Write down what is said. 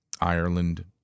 Ireland